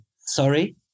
Sorry